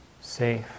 safe